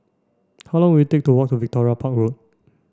how long will it take to walk to Victoria Park Road